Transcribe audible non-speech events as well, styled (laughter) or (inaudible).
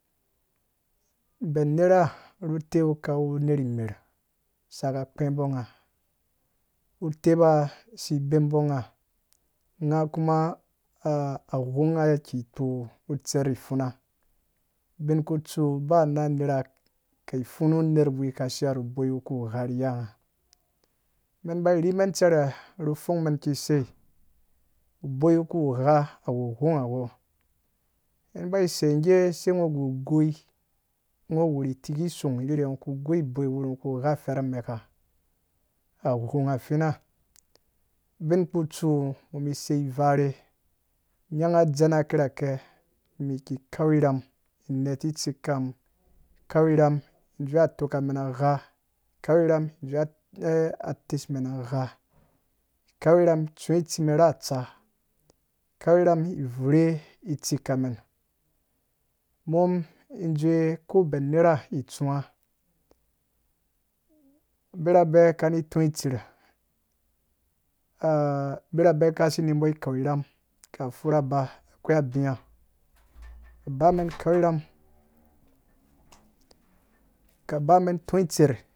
Ben nera (unintelligible) ka wu ner mer (unintelligible) ru tepa a saka kpebu ngha, ngha kuma (hesitation) a ghung ngha ke pkoo tser pfuna bin tsu ba na nera iki pfunu ner wurii we ke shia ru bɔi ri yanga men bai rhi men cɛrɛ ru pfung men iki sai ubɔi wu ku gha a wu ghughunga wɔ men bai sai sai ngo gu goi nu wuri tikisung rherhe ngo ku gha fera mɛka? A ghung fina bin tsu ngo me sai varhe nyanga dzena kirakɛ mum iki kau rhama neti tsi kam kau rham dzewe atɔkamen na gha kau rhama (hesitation) tsewe tesumen gha kau rham tsuwe tsumen na tsa kau rham vure tsikamen mum dzuwe ko bem itsuwa birabe ka ni tɔi tser (hesitation) bira bɛ ka si nubɔ kau rham ka pfura ba akwoi abia ba men kau rham ka ba men tɔi tser